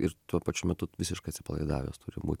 ir tuo pačiu metu visiškai atsipalaidavęs turi būti